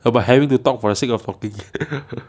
about having to talk for the sake of talking